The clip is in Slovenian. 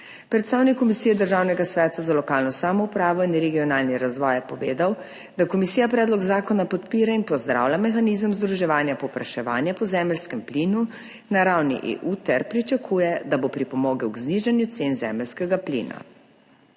Predstavnik Komisije Državnega sveta za lokalno samoupravo in regionalni razvoj je povedal, da komisija predlog zakona podpira in pozdravlja mehanizem združevanja povpraševanja po zemeljskem plinu na ravni EU ter pričakuje, da bo pripomogel k znižanju cen zemeljskega plina.